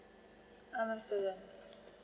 I'm student